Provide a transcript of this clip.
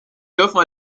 dürfen